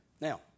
Now